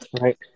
right